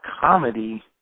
comedy